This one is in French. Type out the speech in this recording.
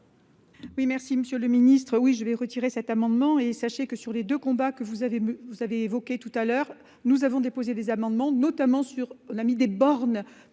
Oui, merci Monsieur le Ministre, oui je vais retirer cet amendement et sachez que sur les deux combat que vous avez, vous avez évoqué tout à l'heure nous avons déposé des amendements, notamment sur l'mis des bornes